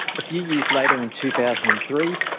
a few years later in two thousand and three,